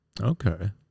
Okay